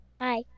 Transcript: Hi